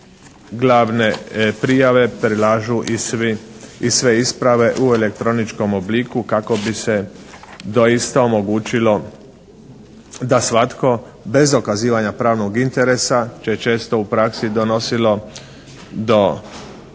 glavne prijave prilažu i sve isprave u elektroničkom obliku kako bi se doista omogućilo da svatko bez dokazivanja pravnog interesa će često u praksi donosilo do